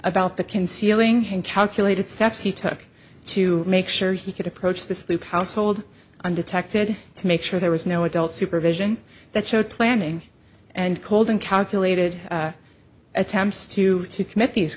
about the concealing and calculated steps he took to make sure he could approach the sleep household undetected to make sure there was no adult supervision that showed planning and cold and calculated attempts to commit these